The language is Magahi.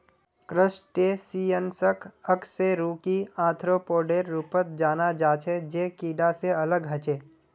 क्रस्टेशियंसक अकशेरुकी आर्थ्रोपोडेर रूपत जाना जा छे जे कीडा से अलग ह छे